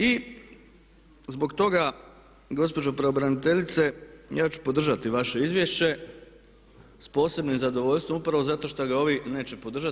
I zbog toga gospođo pravobraniteljice ja ću podržati vaše izvješće s posebnim zadovoljstvom upravo zato šta ga ovi neće podržati.